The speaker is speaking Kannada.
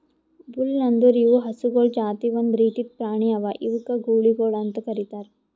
ಬುಲ್ ಅಂದುರ್ ಇವು ಹಸುಗೊಳ್ ಜಾತಿ ಒಂದ್ ರೀತಿದ್ ಪ್ರಾಣಿ ಅವಾ ಇವುಕ್ ಗೂಳಿಗೊಳ್ ಅಂತ್ ಕರಿತಾರ್